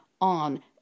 on